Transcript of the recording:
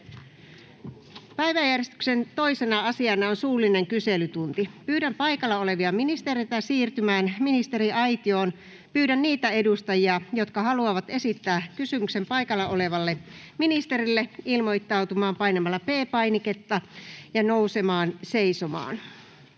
Päiväjärjestyksen 2. asiana on suullinen kyselytunti. Pyydän paikalla olevia ministereitä siirtymään ministeriaitioon. Pyydän niitä edustajia, jotka haluavat esittää kysymyksen paikalla olevalle ministerille, ilmoittautumaan painamalla P-painiketta ja nousemalla seisomaan.